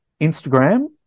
Instagram